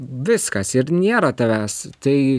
viskas ir nėra tavęs tai